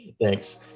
thanks